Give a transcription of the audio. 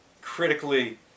critically